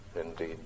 indeed